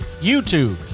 YouTube